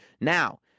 now